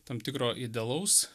tam tikro idealaus